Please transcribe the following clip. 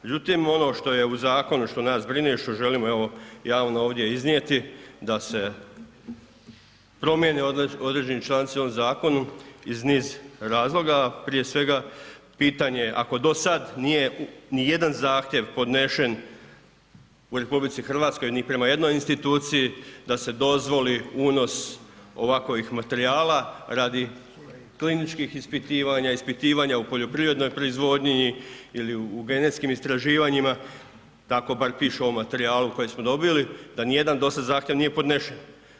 Međutim, ono što je u zakonu, što nas brine, što želimo evo javno ovdje iznijeti da se promjene određeni članci u ovom zakonu iz niz razloga, prije svega pitanje ako do sad nije nijedan zahtjev podnesen u RH nit prema jednoj instituciji u RH, ni prema jednoj instituciji da se dozvoli unos ovakvih materijala radi kliničkih ispitivanja, ispitivanja u poljoprivrednoj proizvodnji ili u genetskim istraživanjima, tako bar piše u ovom materijalu kojeg smo dobili, da nijedan do sad zahtjev nije podnesen.